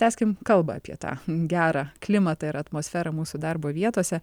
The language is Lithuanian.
tęskim kalbą apie tą gerą klimatą ir atmosferą mūsų darbo vietose